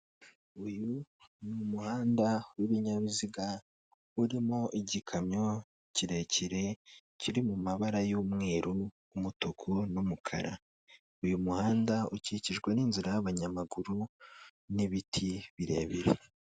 Uyu n'umuhanda w'ibinyabiziga urimo igikamyo kirekire kiri mu mabara y'umweru, umutuku n'umukara, uyu muhanda ukikijwe n'inzira y'abanyamaguru n'ibiti birebire.